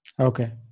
Okay